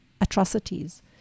atrocities